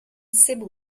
cebu